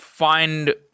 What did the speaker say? find